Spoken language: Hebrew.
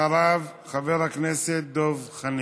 אחריו, חבר הכנסת דב חנין.